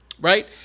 right